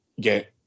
get